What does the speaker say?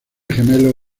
gemelo